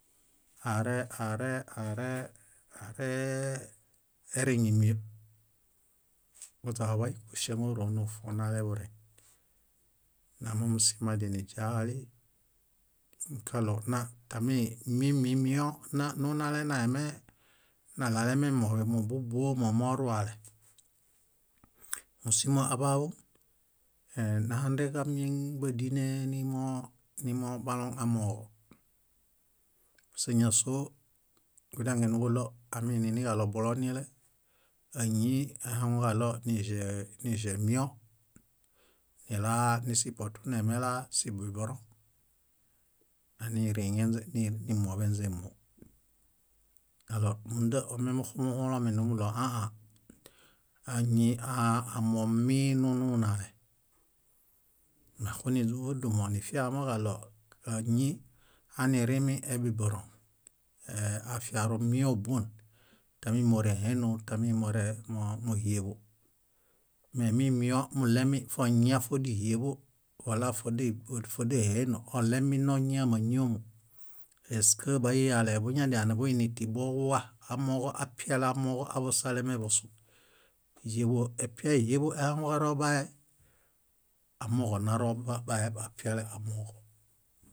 are- are- are- areee ereŋimieṗ oźaḃay kuŝeŋ oro nófon naleḃureŋ. Na mómusimo adianiźiahali kaɭo natami mimimio nunale naime naɭalememoḃen móbuomo moruale. Músimo aḃaḃu nahandeġamieŋ bádine nimo nimobaloŋ amooġo. Paske ñásoo, kudiange nuġuɭo aminiiniġaɭo bulonile, áñi aihaŋuġaɭo niĵee- niĵemio nilanisipotu nemelaa sibiberõ naniriŋeźe nimoḃenźe móo. Alor múnda ómimuxumuhũlomi numuɭo ãã. Áñi aa- amominunale. Meaxuniźumudumo nifiamoġalo áñi anirimiebibirõ, afiarumio bón, tami móreheno, tami more móhieḃo. Memimiomuɭemi foñia fódihieḃo wala fodeb fódeheno oɭeminoñia ámañiomu, eske baiyale buñadianiḃuinitibowa amooġo apiale amooġo aḃosalemeḃosu? Híeḃo epiae híeḃo ehaŋuġarobae, amooġo naro ba- baeb apiale amooġo.